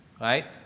right